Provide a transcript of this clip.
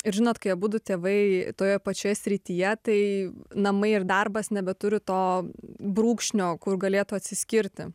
ir žinot kai abudu tėvai toje pačioje srityje tai namai ir darbas nebeturi to brūkšnio kur galėtų atsiskirti